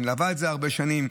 היא מלווה את זה הרבה שנים,